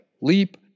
Leap